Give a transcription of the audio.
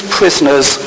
prisoners